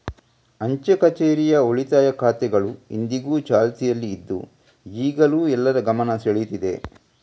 ಅಂಚೆ ಕಛೇರಿಯ ಉಳಿತಾಯ ಖಾತೆಗಳು ಇಂದಿಗೂ ಚಾಲ್ತಿಯಲ್ಲಿ ಇದ್ದು ಈಗಲೂ ಎಲ್ಲರ ಗಮನ ಸೆಳೀತಿದೆ